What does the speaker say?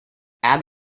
add